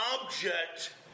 object